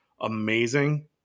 amazing